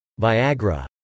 Viagra